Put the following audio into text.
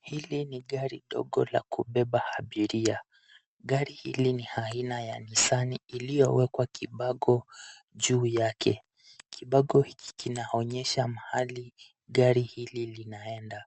Hili ni gari ndogo la kubeba abiria, gari hili ni aina ya nissan iliyowekwa kibago juu yake. Kibago hiki kinaonyesha mahali gari hili linaenda.